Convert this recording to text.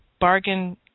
bargain